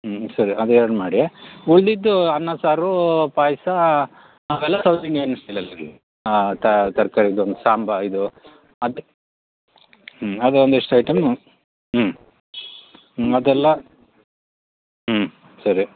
ಹ್ಞೂ ಸರಿ ಅದು ಎರಡು ಮಾಡಿ ಉಳ್ದಿದ್ದು ಅನ್ನ ಸಾರು ಪಾಯಸ ಅವೆಲ್ಲ ಸೌತ್ ಇಂಡಿಯನ್ ಸ್ಟೈಲಲ್ಲಿ ಇರಲಿ ಆ ತರ್ಕಾರಿದೊಂದು ಸಾಂಬ ಇದು ಅದು ಹ್ಞೂ ಅದೊಂದಿಷ್ಟು ಐಟಮ್ ಹ್ಞೂ ಹ್ಞೂ ಅದೆಲ್ಲ ಹ್ಞೂ ಸರಿ